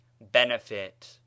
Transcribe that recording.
Benefit